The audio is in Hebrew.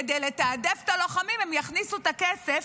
כדי לתעדף את הלוחמים הם יכניסו את הכסף